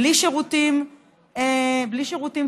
בלי שירותים ציבוריים,